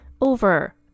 over